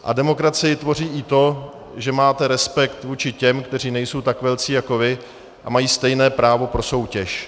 A demokracii tvoří i to, že máte respekt vůči těm, kteří nejsou tak velcí jako vy a mají stejné právo pro soutěž.